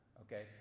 okay